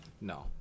No